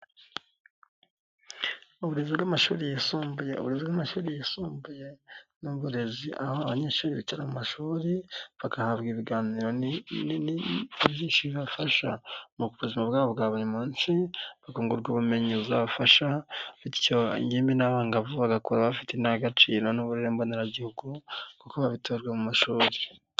Uburezi bw'amashuri yisumbuye ni uburezi aho abanyeshuri bicara mu mashuri bagahabwa ibiganiro byinshi bibafasha mu buzima bwabo bwa buri munsi bakunguka ubumenyi buzabafasha bityo ingimbi n'abangavu bagakura bafite indangaciro n'uburere mboneragihugu kuko babitojwe mu mashuri.